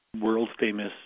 world-famous